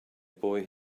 boy